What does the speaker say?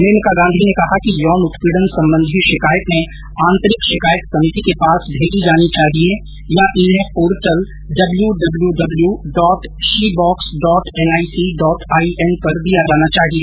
मेनका गांधी ने कहा कि यौन उत्पीड़न संबंधी शिकायतें आंतरिक शिकायत समिति के पास भेजी जानी चाहिएं या इन्हें portal W W W dot shebox dot NIC dot IN पर दिया जाना चाहिए